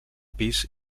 pis